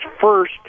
first